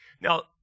Now